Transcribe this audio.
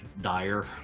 dire